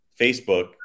Facebook